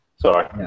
Sorry